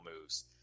moves